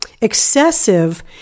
excessive